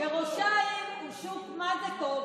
בראש העין השוק מה זה טוב,